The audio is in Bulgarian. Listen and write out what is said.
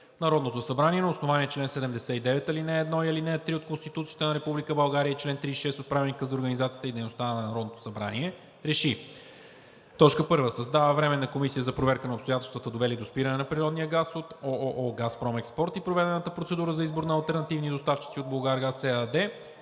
Народното събрание на основание чл. 79, ал. 1 и ал. 3 от Конституцията на Република България и чл. 36 от Правилника за организацията и дейността на Народното събрание РЕШИ: 1. Създава Временна комисия за проверка на обстоятелствата, довели до спиране на природния газ от ООО „Газпром Експорт“, и проведената процедура за избор на алтернативни доставчици от „Булгаргаз“ ЕАД.